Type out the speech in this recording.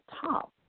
top